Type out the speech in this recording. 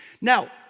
Now